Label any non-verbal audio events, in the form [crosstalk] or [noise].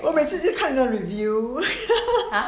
我每次去看人家 review [laughs]